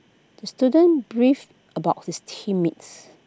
the student brief about his team mates